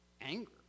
anger